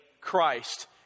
Christ